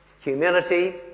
humility